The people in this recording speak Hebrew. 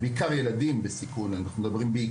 אבל בעיקר ילדים בסיכון כי אנחנו מדברים כרגע